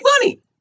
money